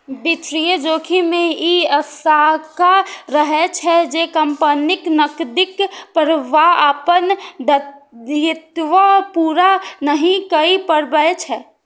वित्तीय जोखिम मे ई आशंका रहै छै, जे कंपनीक नकदीक प्रवाह अपन दायित्व पूरा नहि कए पबै छै